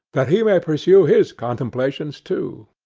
that he may pursue his contemplations too.